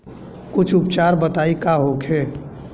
कुछ उपचार बताई का होखे?